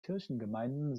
kirchengemeinden